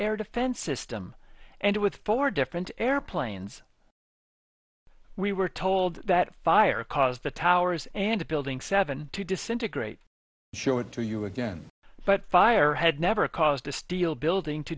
air defense system and with four different airplanes we were told that fire caused the towers and a building seven to disintegrate show it to you again but fire had never caused a steel building to